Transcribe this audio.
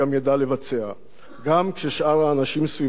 גם כששאר האנשים כבר הרימו ידיים.